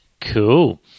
Cool